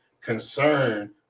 concern